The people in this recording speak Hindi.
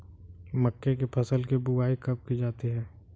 मक्के की फसल की बुआई कब की जाती है?